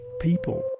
people